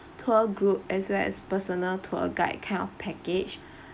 tour group as well as personal tour guide kind of package